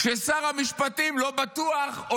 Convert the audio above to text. כשלא בטוח ששר המשפטים הולך